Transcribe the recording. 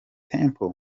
temple